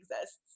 exists